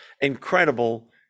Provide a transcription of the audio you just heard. incredible